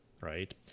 right